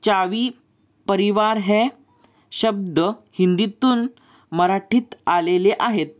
चावी परिवार है शब्द हिंदीतून मराठीत आलेले आहेत